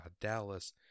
Dallas